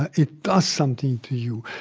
it does something to you.